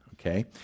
Okay